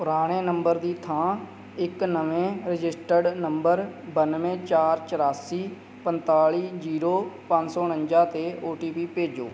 ਪੁਰਾਣੇ ਨੰਬਰ ਦੀ ਥਾਂ ਇੱਕ ਨਵੇਂ ਰਜਿਸਟਰਡ ਨੰਬਰ ਬਾਨਵੇਂ ਚਾਰ ਚੁਰਾਸੀ ਪੰਤਾਲੀ ਜੀਰੋ ਪੰਜ ਸੌ ਉਣੰਜਾ 'ਤੇ ਓ ਟੀ ਪੀ ਭੇਜੋ